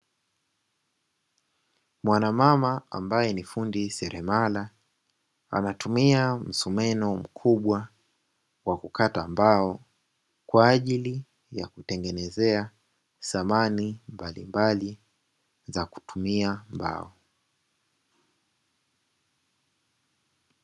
Mwana mama ambaye ni fundi seremala, anatumia msumeno mkubwa wa kukata mbao, kwa ajili ya kutengeneza samani mbalimbali za kutumia mbao.